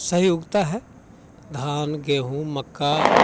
सही उगता है धान गेहूँ मक्का